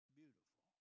beautiful